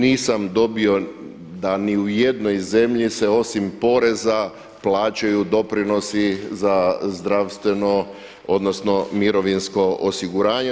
Nisam dobio da ni u jednoj zemlji se osim poreza plaćaju doprinosi za zdravstveno odnosno mirovinsko osiguranje.